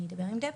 אני אדבר עם דבי,